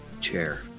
chair